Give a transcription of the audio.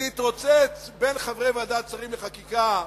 להתרוצץ בין חברי ועדת שרים לחקיקה?